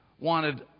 wanted